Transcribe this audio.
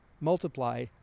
multiply